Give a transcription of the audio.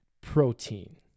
protein